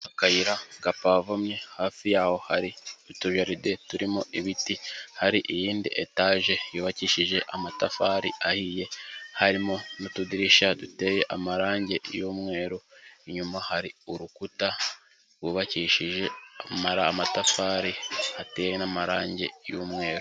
Akayira gapavomye hafi yaho hari utujaride turimo ibiti, hari iyindi etage yubakishije amatafari ahiye harimo n'utudirishya duteye amarange y'umweru, inyuma hari urukuta rwubakishije amatafari, hateye n'amarange y'umweru.